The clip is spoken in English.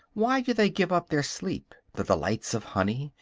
why do they give up their sleep, the delights of honey,